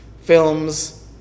films